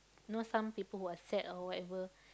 know some people who are sad or whatever